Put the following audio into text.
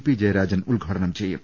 P Jayarajan ഉദ്ഘാടനം ചെയ്യും